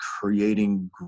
creating